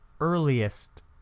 earliest